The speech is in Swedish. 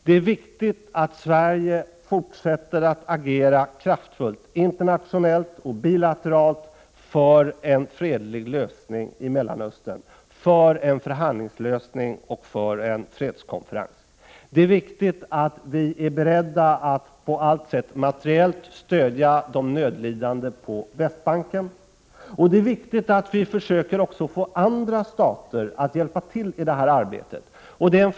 Det är viktigt att Sverige fortsätter att agera kraftfullt internationellt och bilateralt för en fredlig lösning i Mellanöstern och för en förhandlingslösning och en fredskonferens. Det är viktigt att vi är beredda att på allt sätt materiellt stödja de nödlidande på Västbanken, och det är viktigt att vi också försöker få andra stater att hjälpa till med detta arbete.